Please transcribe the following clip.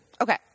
Okay